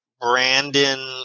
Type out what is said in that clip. Brandon